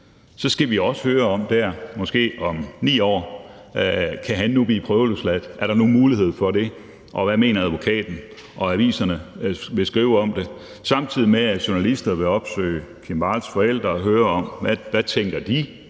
om 9 år også høre om, om han nu kan blive prøveløsladt. Er der nogen mulighed for det, og hvad mener advokaten? Og aviserne vil skrive om det, samtidig med at journalister vil opsøge Kim Walls forældre og høre, hvad de tænker